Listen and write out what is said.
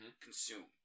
consume